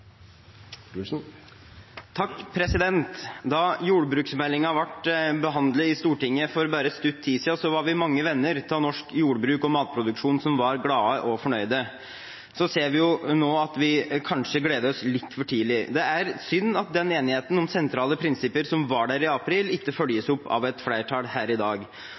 Da jordbruksmeldingen ble behandlet i Stortinget for bare kort tid siden, var vi mange venner av norsk jordbruk og matproduksjon som var glade og fornøyde. Så ser vi nå at vi kanskje gledet oss litt for tidlig. Det er synd at den enigheten om sentrale prinsipper som var der i april, ikke følges opp av et flertall her i dag.